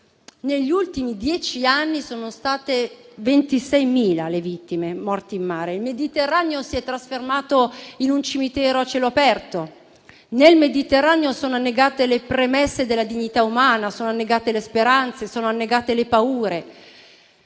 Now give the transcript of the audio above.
Negli ultimi dieci anni sono state 26.000 le vittime morte in mare. Il Mediterraneo si è trasformato in un cimitero a cielo aperto. Nel Mediterraneo sono annegate le premesse della dignità umana, sono annegate le speranze, sono annegate le paure.